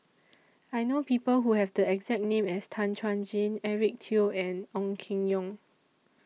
I know People Who Have The exact name as Tan Chuan Jin Eric Teo and Ong Keng Yong